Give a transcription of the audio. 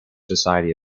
society